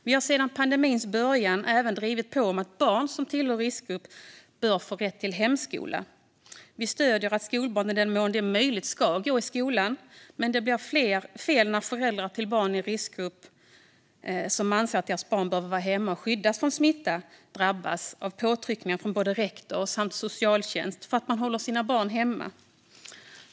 Vi har sedan pandemins början även drivit på om att barn som tillhör riskgrupper bör få rätt till hemskola. Vi stöder att skolbarn i den mån det är möjligt ska gå i skolan, men det blir fel när föräldrar till barn i riskgrupp, som anser att deras barn behöver vara hemma för att skyddas från smitta, drabbas av påtryckningar från både rektor och socialtjänst för att de håller sina barn hemma.